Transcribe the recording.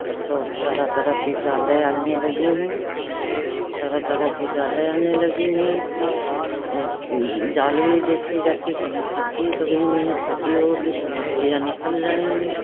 अब तो तरह तरह की जालें आने लगी है तरह तरह की जालें आने लगी है औ जाल भी देखी जाती कहीं फटी सभी नहीं फटी होगी तो मछलियाँ निकल जाएँगी